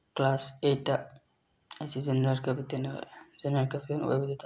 class ꯑꯩꯠꯇ ꯑꯩꯁꯦ general captain ꯑꯣꯏꯔꯛꯑꯦ ꯖꯦꯅꯦꯔꯦꯜ ꯀꯦꯞꯇꯦꯟ ꯑꯣꯏꯕꯗꯨꯗ